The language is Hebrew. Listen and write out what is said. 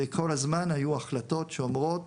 כל הזמן היו החלטות שאומרות,